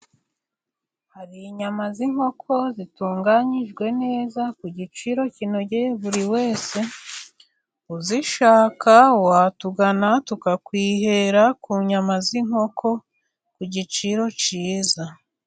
Hari inyama z'inkoko zitunganyijwe neza ku giciro kinogeye buri wese uzishaka wa watugana tukakwihera ku nyama z'inkoko ku giciro cyiza.